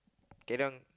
okay don't